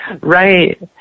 Right